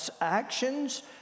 actions